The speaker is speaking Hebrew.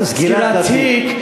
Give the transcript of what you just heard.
סגירת התיק.